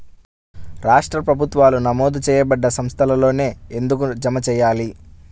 రాష్ట్ర ప్రభుత్వాలు నమోదు చేయబడ్డ సంస్థలలోనే ఎందుకు జమ చెయ్యాలి?